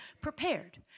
prepared